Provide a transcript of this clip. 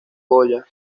goya